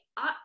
up